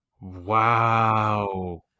Wow